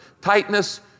tightness